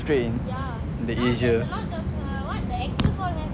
strain the asia